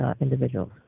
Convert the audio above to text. individuals